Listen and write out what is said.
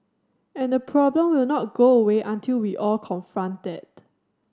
and the problem will not go away until we all confront that